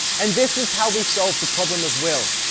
and this was how we solve the problem of will